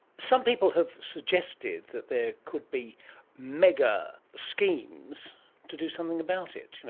some people have suggested that there could be mega schemes to do something about it, you know